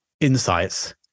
insights